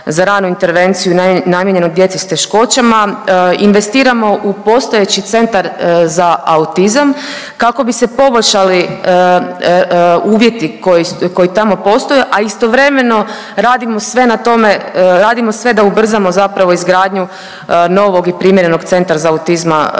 za ranu intervenciju namijenjenu djeci s teškoćama, investiramo u postojeći centar za autizam kako bi se poboljšali uvjeti koji, koji tamo postoje, a istovremeno radimo sve na tome, radimo sve da ubrzamo zapravo izgradnju novog i primjerenog centra za autizma,